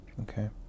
Okay